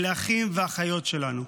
אלה האחים והאחיות שלנו.